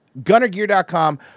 Gunnergear.com